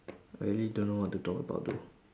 I really don't know what to talk about though